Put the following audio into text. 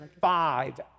five